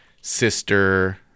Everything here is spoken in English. sister